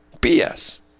BS